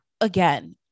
again